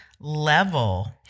level